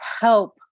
help